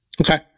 Okay